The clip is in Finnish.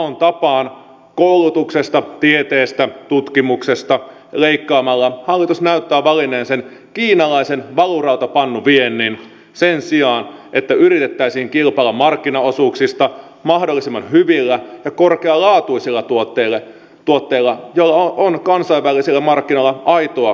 maon tapaan koulutuksesta tieteestä tutkimuksesta leikkaamalla hallitus näyttää valinneen sen kiinalaisen valurautapannuviennin sen sijaan että yritettäisiin kilpailla markkinaosuuksista mahdollisimman hyvillä ja korkealaatuisilla tuotteilla joilla on kansainvälisillä markkinoilla aitoa kysyntää